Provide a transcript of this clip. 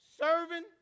serving